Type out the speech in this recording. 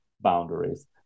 boundaries